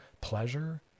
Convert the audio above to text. pleasure